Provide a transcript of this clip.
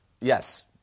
Yes